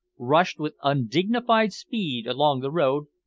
rushed with undignified speed along the road,